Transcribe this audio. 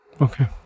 Okay